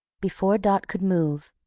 before dot could move,